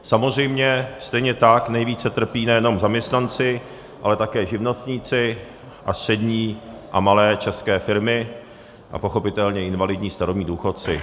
Samozřejmě stejně tak nejvíce trpí nejenom zaměstnanci, ale také živnostníci a střední a malé české firmy a pochopitelně invalidní, starobní důchodci.